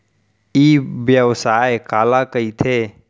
ई व्यवसाय काला कहिथे?